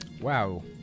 Wow